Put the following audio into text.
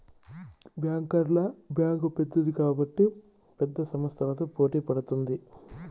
బ్యాంకర్ల బ్యాంక్ పెద్దది కాబట్టి పెద్ద సంస్థలతో పోటీ పడుతుంది